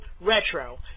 retro